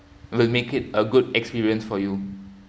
will make it a good experience for you